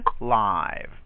live